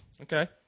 Okay